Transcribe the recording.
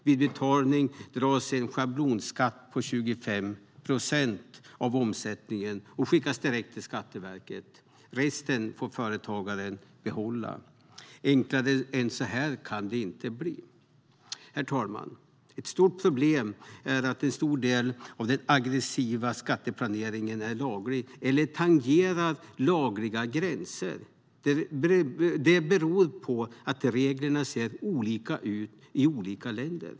Vid betalningen dras en schablonskatt på 25 procent av omsättningen som skickas direkt till Skatteverket. Resten får företagaren behålla. Enklare än så här kan det inte bli. Herr talman! Ett stort problem är att en stor del av den aggressiva skatteplaneringen är laglig eller tangerar lagliga gränser. Det beror på att reglerna ser olika ut i olika länder.